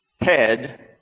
head